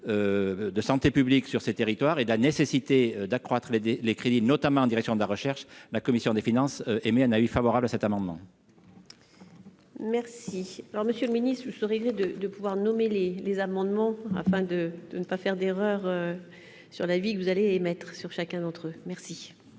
de santé publique sur ces territoires et la nécessité d'accroître les crédits, notamment en direction de la recherche, la commission des finances, et a, lui, favorable à cet amendement. Merci, alors Monsieur le Ministre vous saurais gré de de pouvoir nommer les les amendements afin de ne pas faire d'erreur sur la vie que vous allez émettre sur chacun d'entre eux. Merci,